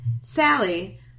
Sally